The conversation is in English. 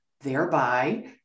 thereby